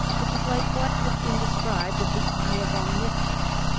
it was like what has been described of the eye of omniscience,